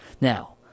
now